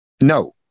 no